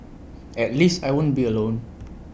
at least I won't be alone